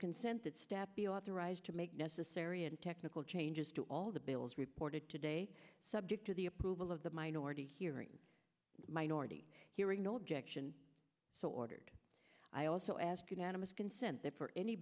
consent that step be authorized to make necessary and technical changes to all the bills reported today subject to the approval of the minority hearing minority hearing no objection so ordered i also ask unanimous consent that for any